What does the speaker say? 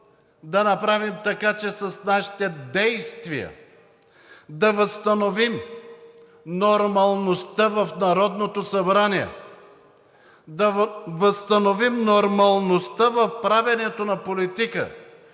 да направим така, че с нашите действия да възстановим нормалността в Народното събрание, да възстановим нормалността в правенето на политика,